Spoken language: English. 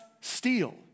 steal